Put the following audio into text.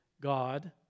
God